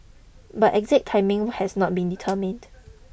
but exact timing has not been determined